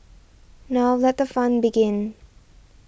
now let the fun begin